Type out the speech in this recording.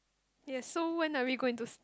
yes so when are we going to